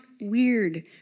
weird